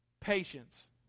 Patience